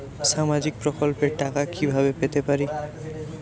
সামাজিক প্রকল্পের টাকা কিভাবে পেতে পারি?